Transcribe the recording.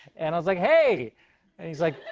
and i was like, hey. and he's like,